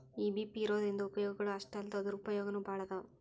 EBP ಇರೊದ್ರಿಂದಾ ಉಪಯೊಗಗಳು ಅಷ್ಟಾಲ್ದ ದುರುಪಯೊಗನೂ ಭಾಳದಾವ್